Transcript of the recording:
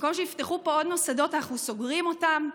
במקום שיפתחו פה עוד מוסדות, אנחנו סוגרים אותם.